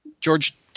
George